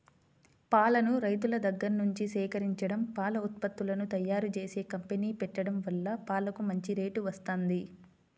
పాలను రైతుల దగ్గర్నుంచి సేకరించడం, పాల ఉత్పత్తులను తయ్యారుజేసే కంపెనీ పెట్టడం వల్ల పాలకు మంచి రేటు వత్తంది